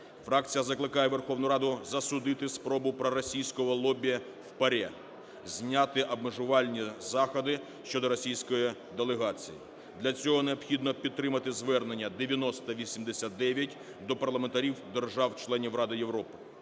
Фракція закликає Верховну Раду засудити спробу проросійського лобі в ПАРЄ, зняти обмежувальні заходи щодо російської делегації. Для цього необхідно підтримати звернення 9089 до парламентарів держав членів Ради Європи.